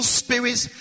spirits